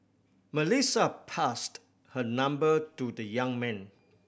Melissa passed her number to the young man